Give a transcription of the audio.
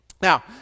now